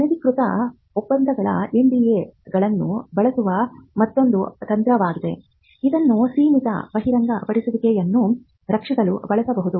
ಅನಧಿಕೃತ ಒಪ್ಪಂದಗಳ NDA ಗಳನ್ನು ಬಳಸುವುದು ಮತ್ತೊಂದು ತಂತ್ರವಾಗಿದೆ ಇದನ್ನು ಸೀಮಿತ ಬಹಿರಂಗಪಡಿಸುವಿಕೆಗಳನ್ನು ರಕ್ಷಿಸಲು ಬಳಸಬಹುದು